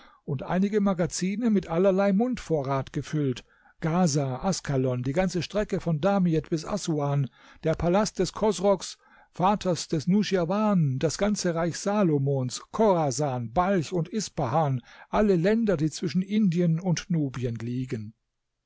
und einige magazine mit allerlei mundvorrat gefüllt gaza askalon die ganze strecke von damiet bis assuan der palast des chosrocs vaters des nuschirwan das ganze reich salomons chorasan balch und ispahan alle länder die zwischen indien und nubien liegen